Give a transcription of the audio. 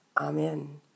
Amen